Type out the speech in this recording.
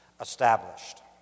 established